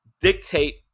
dictate